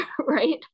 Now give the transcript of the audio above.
right